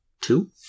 two